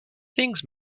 things